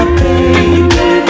baby